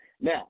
Now